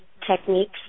techniques